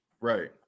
Right